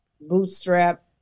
bootstrap